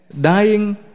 dying